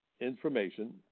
information